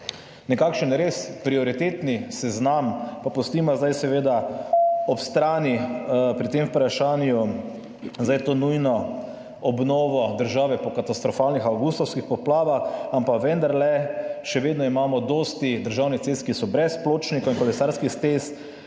nekakšen prioritetni seznam? Pa pustiva zdaj seveda ob strani pri tem vprašanju to nujno obnovo države po katastrofalnih avgustovskih poplavah, ampak vendarle, še vedno imamo dosti državnih cest, ki so brez pločnikov in kolesarskih stez